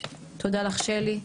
תודה לך שלי.